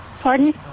Pardon